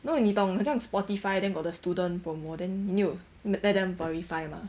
如果你懂好像 spotify then got the student promo then you need to let them verify 吗